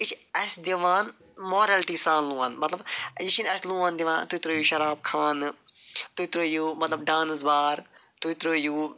یہِ چھِ اَسہِ دِوان مارلٹی سان لون مطلب یہِ چھُنہٕ اَسہِ لون دِوان تُہۍ تٔرٲوِو شراب خانہٕ تُہۍ تٔرٲوِو مطلب ڈانٕس بار تُہۍ ترٲوِو